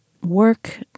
work